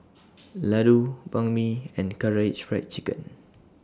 Ladoo Banh MI and Karaage Fried Chicken